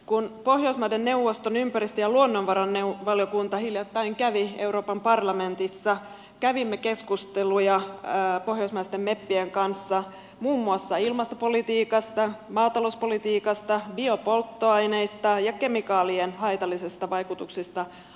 kun pohjoismaiden neuvoston ympäristö ja luonnonvaravaliokunta hiljattain kävi euroopan parlamentissa kävimme keskusteluja pohjoismaisten meppien kanssa muun muassa ilmastopolitiikasta maatalouspolitiikasta biopolttoaineista ja kemikaalien haitallisista vaikutuksista arkielämässä